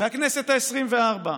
מהכנסת העשרים-וארבע.